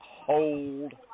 Hold